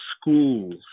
schools